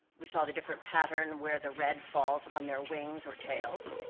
we saw the different pattern, where the red falls on their wings, or tails.